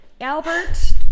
Albert